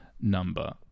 number